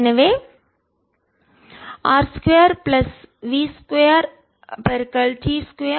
எனவே R 2 plus v 2 t 2 32